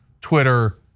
Twitter